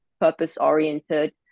purpose-oriented